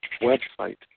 website